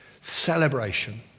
Celebration